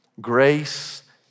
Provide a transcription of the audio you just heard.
grace